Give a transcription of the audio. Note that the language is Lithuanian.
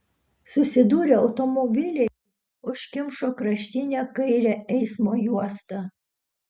susidūrę automobiliai užkimšo kraštinę kairę eismo juostą